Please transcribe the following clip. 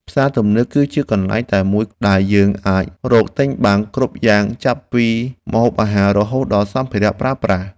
ផ្សារទំនើបគឺជាកន្លែងតែមួយដែលយើងអាចរកទិញបានគ្រប់យ៉ាងចាប់ពីម្ហូបអាហាររហូតដល់សម្ភារៈប្រើប្រាស់។